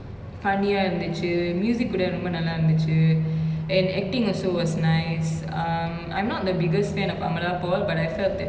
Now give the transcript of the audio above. funny ah இருந்துச்சு:irunthuchu music கூட ரொம்ப நல்லா இருந்துச்சு:kooda romba nallaa irunthuchu and acting also was nice um I'm not the biggest fan of amalapaul but I felt that like